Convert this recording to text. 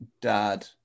dad